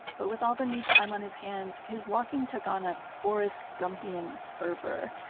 but with all the new time on his hands, his walking took on a forrest gumpian fervor.